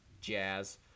Jazz